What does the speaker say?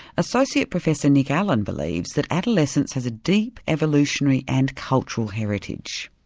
associate professor nick allen believes that adolescence has a deep evolutionary and cultural heritage.